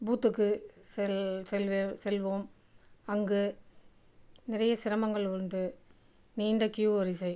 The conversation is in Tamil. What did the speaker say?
பூத்துக்கு செல் செல்வே செல்வோம் அங்கே நிறைய சிரமங்கள் உண்டு நீண்ட க்யூ வரிசை